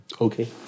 Okay